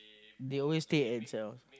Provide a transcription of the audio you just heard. they always stay themselves